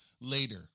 later